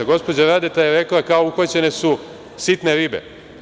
Gospođa Radeta je rekla kao uhvaćene su sitne ribe.